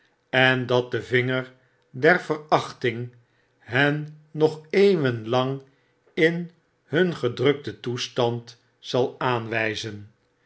en dat de vingerder verachting hen nog eeuwenlang in hun gedrukten toestand zal aanwpen